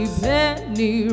penny